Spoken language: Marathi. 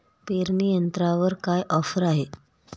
पेरणी यंत्रावर काय ऑफर आहे?